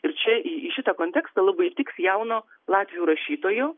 ir čia į šitą kontekstą labai tiks jauno latvių rašytojų